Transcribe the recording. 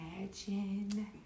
imagine